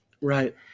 Right